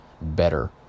better